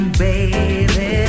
baby